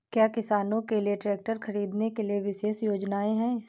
क्या किसानों के लिए ट्रैक्टर खरीदने के लिए विशेष योजनाएं हैं?